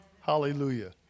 Hallelujah